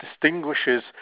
distinguishes